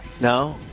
No